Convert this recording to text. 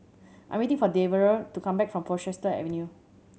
I am waiting for Devaughn to come back from Portchester Avenue